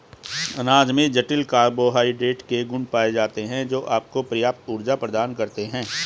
अनाज में जटिल कार्बोहाइड्रेट के गुण पाए जाते हैं, जो आपको पर्याप्त ऊर्जा प्रदान करते हैं